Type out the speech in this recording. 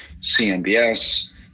CMBS